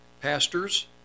pastors